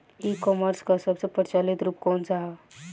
ई कॉमर्स क सबसे प्रचलित रूप कवन सा ह?